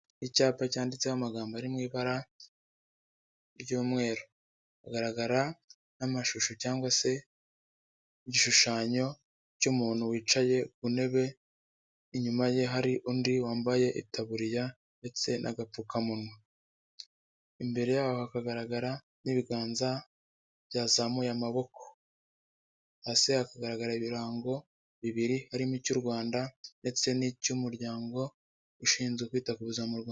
Icyapa cyanditseho amagambo ari mu ibara ry'umweru, hagaragara n'amashusho cyangwa se igishushanyo cy'umuntu wicaye ku ntebe, inyuma ye hari undi wambaye itaburiya ndetse n'agapfukamunwa, imbere yaho hakagaragara n'ibiganza byazamuye amaboko, hasi hakagaragara ibirango bibiri harimo icy'u Rwanda ndetse n'icy'umuryango ushinzwe kwita ku buzima mu Rwanda.